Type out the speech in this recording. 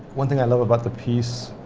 one thing i love about the piece,